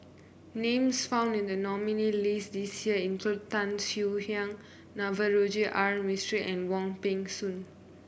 names found in the nominees' list this year include Tan Swie Hian Navroji R Mistri and Wong Peng Soon